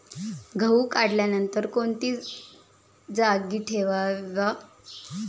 गहू काढल्यानंतर कोणत्या जागी ठेवावा?